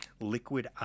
Liquid